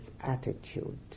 attitude